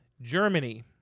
Germany